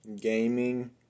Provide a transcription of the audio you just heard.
gaming